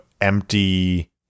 empty